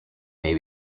may